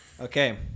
Okay